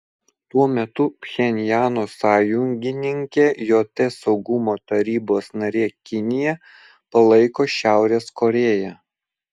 tuo metu pchenjano sąjungininkė jt saugumo tarybos narė kinija palaiko šiaurės korėją